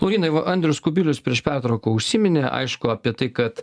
laurynai va andrius kubilius prieš pertrauką užsiminė aišku apie tai kad